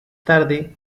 tarde